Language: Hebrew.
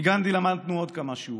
מגנדי למדנו עוד כמה שיעורים.